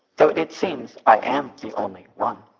though it seems i am the only one.